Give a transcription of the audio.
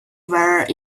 were